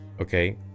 okay